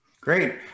Great